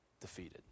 defeated